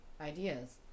ideas